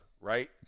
right